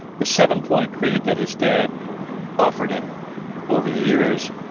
the seven-point creed that his dad offered him over the years,